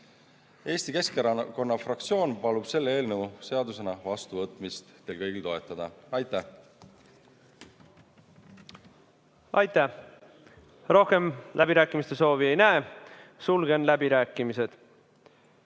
Eesti Keskerakonna fraktsioon palub teil kõigil selle eelnõu seadusena vastuvõtmist toetada. Aitäh! Aitäh! Rohkem läbirääkimiste soovi ei näe, sulgen läbirääkimised.